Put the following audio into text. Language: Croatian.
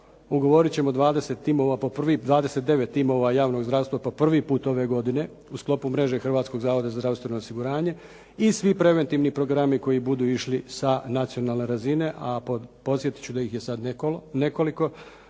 po prvih 29 timova javnog zdravstva, po prvi put ove godine u sklopu mreže Hrvatskog zavoda za zdravstveno osiguranje i svi preventivni programi koji budu išli sa nacionalne razine, a podsjetiti ću da ih je sad nekoliko.